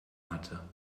hatte